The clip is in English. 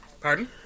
pardon